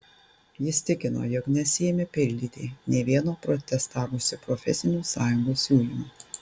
jis tikino jog nesiėmė pildyti nė vieno protestavusių profesinių sąjungų siūlymo